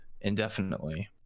indefinitely